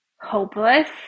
hopeless